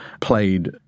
played